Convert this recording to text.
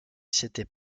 s’était